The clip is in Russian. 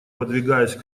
подвигаясь